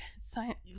Science